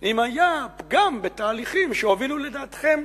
אם היה פגם בתהליכים שהובילו לדעתכם